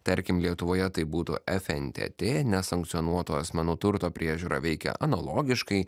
tarkim lietuvoje tai būtų fntt nesankcionuotos manau turto priežiūra veikia analogiškai